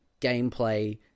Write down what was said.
gameplay